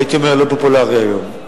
הייתי אומר הלא-פופולרי היום,